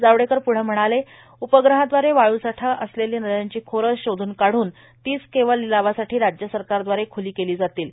जावडेकर प्रढं म्हणाले उपग्रहाद्वारे वाळू साठा असलेले नद्यांची खोरे शोधून तीच केवळ लीलावासाठी राज्य सरकारद्वारे ख्ली केली जातील